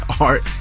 art